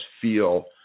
feel